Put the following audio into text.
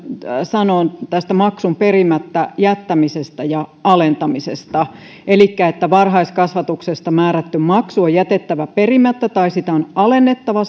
sanoo tästä maksun perimättä jättämisestä ja alentamisesta varhaiskasvatuksesta määrätty maksu on jätettävä perimättä tai sitä on alennettava